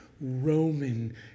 Roman